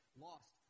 lost